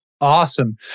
Awesome